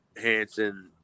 Hanson